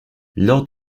lors